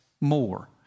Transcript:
more